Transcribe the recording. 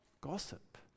Gossip